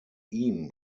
ihm